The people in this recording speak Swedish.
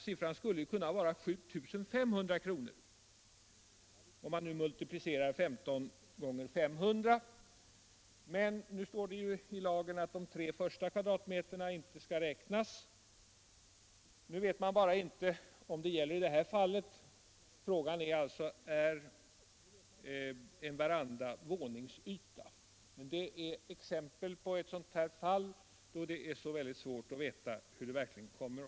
Siffran skulle kunna vara 7500 kr., om man nu multiplicerar 15 med 500, men det står i lagen att de tre första kvadratmetrarna inte skall räknas. Man vet bara inte om detta gäller i det här fallet. Frågan är om en veranda är våningsyta. Den är exempel på fall då det är svårt att veta hur lagen skall tillämpas.